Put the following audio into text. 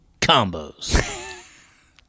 combos